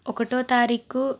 ఒకటో తారీకు